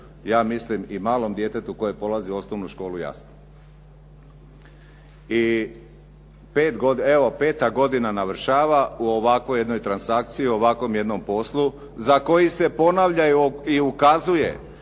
ja mislim i malom djetetu koje polazi osnovnu školu jasno. I evo peta godina navršava u ovakvoj jednoj transakciji, ovakvom jednom poslu za koji se ponavlja i ukazuje